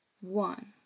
One